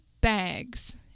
bags